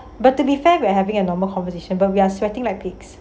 but to be fair we are having a normal conversation but we are sweating like pigs